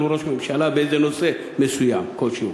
ראש ממשלה באיזה נושא מסוים כלשהו.